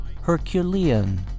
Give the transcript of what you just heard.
Herculean